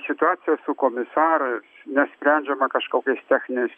situaciją su komisaru nesprendžiama kažkokiais techniniais